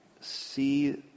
see